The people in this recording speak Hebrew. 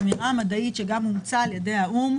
האמירה המדעית שגם אומצה על ידי האו"ם,